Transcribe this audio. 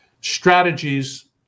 strategies